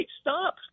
stop